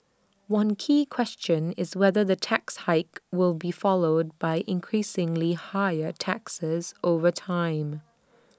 one key question is whether the tax hike will be followed by increasingly higher taxes over time